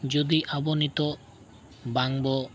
ᱡᱩᱫᱤ ᱟᱵᱚ ᱱᱤᱛᱚᱜ ᱵᱟᱝᱵᱚ